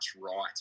right